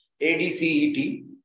ADCET